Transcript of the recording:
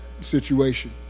situation